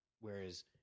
Whereas